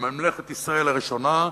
בממלכת ישראל הראשונה,